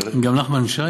הייתה היכן הצווים,